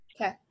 Okay